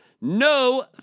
No